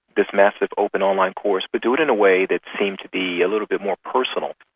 this massive open online course, but do it in a way that seemed to be a little bit more personal.